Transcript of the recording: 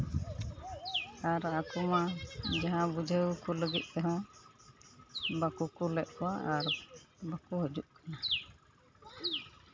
ᱟᱨ ᱟᱠᱚ ᱢᱟ ᱡᱟᱦᱟᱸ ᱵᱩᱡᱷᱟᱹᱣ ᱠᱚ ᱞᱟᱹᱜᱤᱫ ᱛᱮᱦᱚᱸ ᱵᱟᱠᱚ ᱠᱩᱞᱮᱫ ᱠᱚᱣᱟ ᱟᱨ ᱵᱟᱠᱚ ᱦᱤᱡᱩᱜ ᱠᱟᱱᱟ